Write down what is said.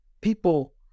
People